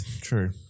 true